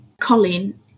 Colin